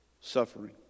Suffering